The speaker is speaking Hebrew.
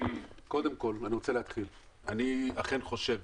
קודם כול אני אכן חושב